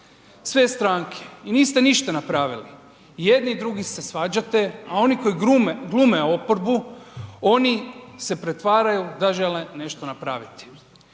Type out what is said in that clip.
sve stranke i niste ništa napravili, i jedni i drugi se svađate, a oni koji glume oporbu oni se pretvaraju da žele nešto napraviti.